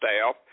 staff